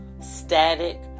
static